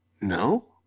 No